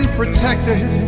protected